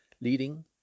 leading